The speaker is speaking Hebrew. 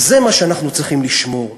וזה מה שאנחנו צריכים לשמור.